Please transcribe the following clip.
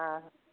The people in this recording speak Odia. ହଁ